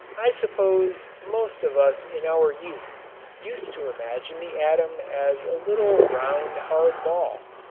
i suppose most of us in our youth used to imagine the atom as a little round hard ball,